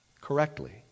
correctly